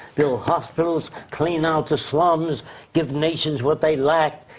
build hospitals, clean out the slums give nations what they lacked.